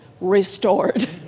restored